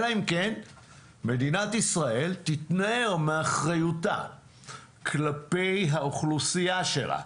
אלא אם כן מדינת ישראל תתנער מאחריותה כלפי האוכלוסייה שלה,